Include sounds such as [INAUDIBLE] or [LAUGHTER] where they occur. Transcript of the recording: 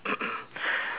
[COUGHS]